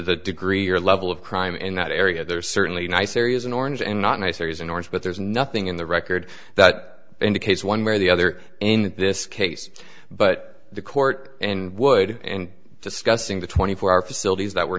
the degree or level of crime in that area there are certainly nice areas in orange and not nice areas in orange but there's nothing in the record that indicates one way or the other in this case but the court and wood and discussing the twenty four hour facilities that were